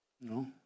No